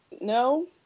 No